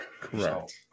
correct